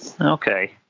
Okay